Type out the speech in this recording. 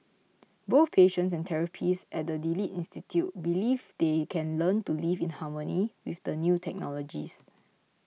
both patients and therapists at the Delete Institute believe they can learn to live in harmony with the new technologies